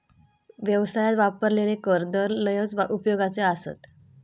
व्यवसायात वापरलेले कर दर लयच उपयोगाचे आसत